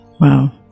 Wow